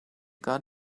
got